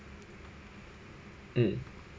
mm